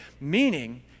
Meaning